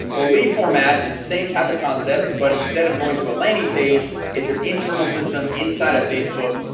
well lead format is the same type of concept, but instead of going to a landing page it's an internal system inside of facebook.